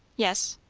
yes.